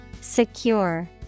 Secure